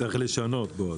צריך לעשות שינוי.